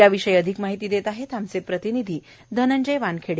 याविषयी अधिक माहिती देत आहेत आमचे प्रतिनिधी धनंजय वानखेडे